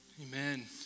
Amen